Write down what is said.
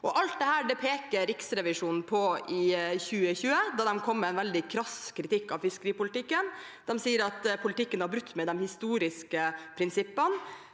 Alt dette pekte Riksrevisjonen på i 2020, da de kom med veldig krass kritikk av fiskeripolitikken. De sa at politikken har brutt med de historiske prinsippene.